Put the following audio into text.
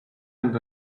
and